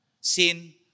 Sin